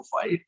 fight